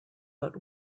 but